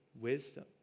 wisdom